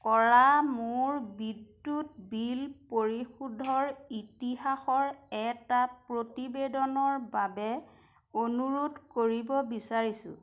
কৰা মোৰ বিদ্যুৎ বিল পৰিশোধৰ ইতিহাসৰ এটা প্ৰতিবেদনৰ বাবে অনুৰোধ কৰিব বিচাৰিছোঁ